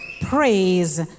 Praise